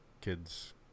kid's